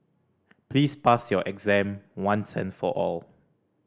please pass your exam once and for all